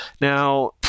Now